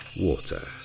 Water